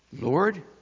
Lord